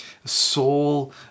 Soul